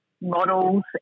models